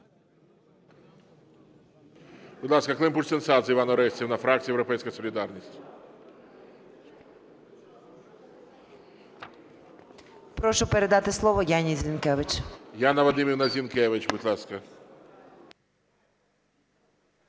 Прошу передати слово Яні Зінкевич.